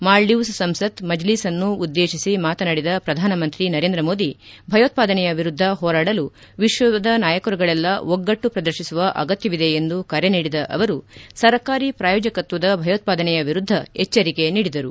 ಮಾಲ್ಡೀವ್ಸ್ ಸಂಸತ್ ಮಜ್ಲೆಸ್ ಅನ್ನು ಉದ್ದೇತಿಸಿ ಮಾತನಾಡಿದ ಪ್ರಧಾನಮಂತ್ರಿ ನರೇಂದ್ರ ಮೋದಿ ಭಯೋತ್ಪಾದನೆಯ ವಿರುದ್ಧ ಹೋರಾಡಲು ವಿಶ್ವದ ನಾಯಕರುಗಳೆಲ್ಲಾ ಒಗ್ಗಟ್ಟು ಪ್ರದರ್ಶಿಸುವ ಅಗತ್ಯವಿದೆ ಎಂದು ಕರೆ ನೀಡಿದ ಅವರು ಸರ್ಕಾರಿ ಪ್ರಾಯೋಜಕತ್ವದ ಭಯೋತ್ಪಾದನೆಯ ವಿರುದ್ದ ಎಚ್ಚರಿಕೆ ನೀಡಿದರು